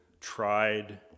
tried